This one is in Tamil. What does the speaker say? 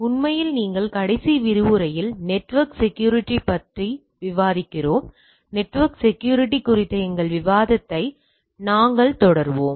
உண்மையில் நீங்கள் கடைசி விரிவுரையில் நெட்வொர்க் செக்யூரிட்டி பற்றி விவாதிக்கிறோம் நெட்வொர்க் செக்யூரிட்டி குறித்த எங்கள் விவாதத்தை நாங்கள் தொடர்வோம்